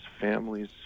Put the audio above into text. families